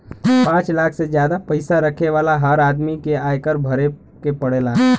पांच लाख से जादा पईसा रखे वाला हर आदमी के आयकर भरे के पड़ेला